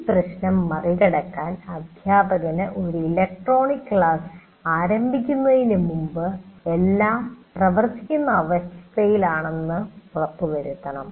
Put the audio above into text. ഈ പ്രശ്നം മറികടക്കാൻ അദ്ധ്യാപകൻ ഒരു ഇലക്ട്രോണിക് ക്ലാസ് ആരംഭിക്കുന്നതിന് മുമ്പ് എല്ലാം പ്രവർത്തിക്കുന്ന അവസ്ഥയിൽ ആണെന്ന് ഉറപ്പുവരുത്തണം